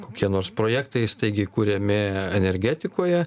kokie nors projektai staigiai kuriami energetikoje